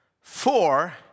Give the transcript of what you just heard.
four